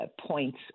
points